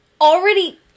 Already